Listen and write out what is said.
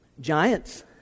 Giants